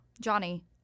Johnny